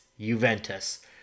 Juventus